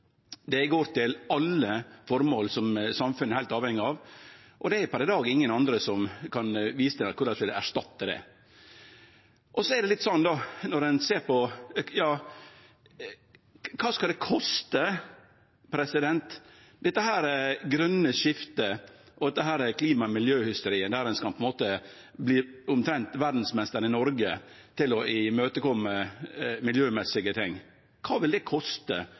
Det går til alle formål som samfunnet er heilt avhengig av, og det er per i dag ingen som kan vise til korleis dei vil erstatte det. Så kan ein sjå på kva det skal koste, dette grøne skiftet og dette klima- og miljøhysteriet, der ein i Noreg omtrent vert verdsmeister i å kome miljømessige ting i møte. Kva vil det koste